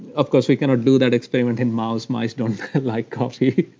of course, we cannot do that experiment in mouse. mice don't like coffee.